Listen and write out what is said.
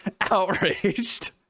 outraged